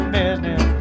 business